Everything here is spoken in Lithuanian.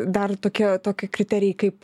dar tokia tokie kriterijai kaip